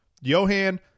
Johan